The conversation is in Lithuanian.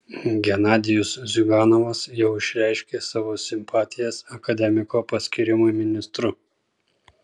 genadijus ziuganovas jau išreiškė savo simpatijas akademiko paskyrimui ministru